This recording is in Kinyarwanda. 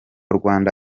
rwanda